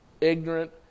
ignorant